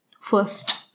First